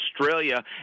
Australia